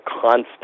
constant